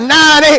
90